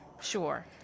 Sure